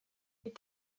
est